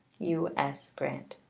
u s. grant.